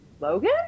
logan